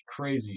crazy